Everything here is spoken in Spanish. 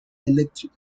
electric